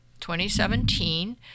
2017